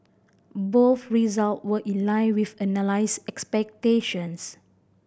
both result were in line with analyst expectations